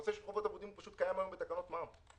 הנושא של חובות אבודים פשוט קיים היום בתקנות מע"מ,